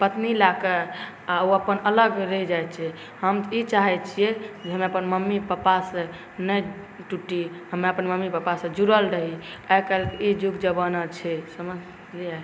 पत्नी लऽ कऽ आओर ओ अपन अलग रहि जाइ छै हम ई चाहै छिए जे हम मम्मी पप्पासँ नहि टुटी हमरा अपन मम्मी पप्पासँ जुड़ल रही आइकाल्हि ई जुग जमाना छै समझलिए